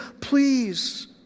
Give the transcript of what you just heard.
please